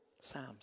Psalms